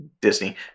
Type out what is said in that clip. disney